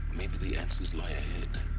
maybe the answers lie ahead